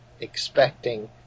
expecting